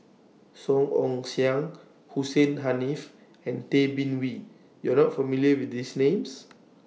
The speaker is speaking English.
Song Ong Siang Hussein Haniff and Tay Bin Wee YOU Are not familiar with These Names